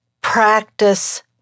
practice